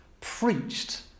preached